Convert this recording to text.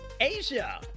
Asia